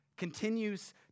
continues